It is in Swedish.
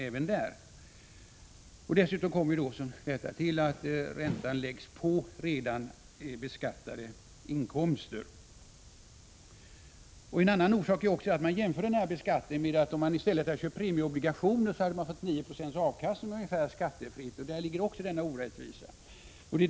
Dessutom tillkommer att räntan läggs på redan beskattade inkomster. Man jämför också beskattningen med om man i stället köper premieobligationer. Då hade man fått en avkastning på ungefär 10 96 skattefritt, och här ligger också en orättvisa.